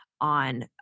on